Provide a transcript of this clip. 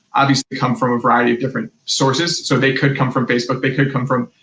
obviously come from a variety of different sources. so they could come from facebook, they could come from,